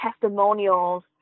testimonials